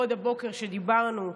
עוד הבוקר כשדיברנו,